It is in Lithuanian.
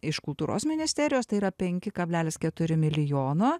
iš kultūros ministerijos tai yra penki kablelis keturi milijono